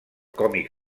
còmic